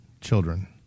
children